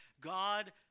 God